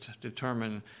determine